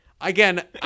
again